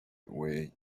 away